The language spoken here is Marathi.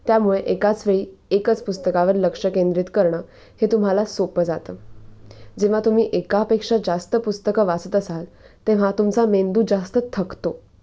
त्यामुळे एकाच वेळी एकच पुस्तकावर लक्ष केंद्रित करणं हे तुम्हाला सोपं जातं जेव्हा तुम्ही एकापेक्षा जास्त पुस्तकं वाचत असाल तेव्हा तुमचा मेंदू जास्त थकतो